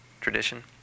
tradition